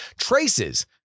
traces